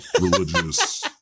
religious